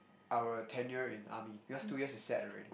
our tenure in army because two years is set already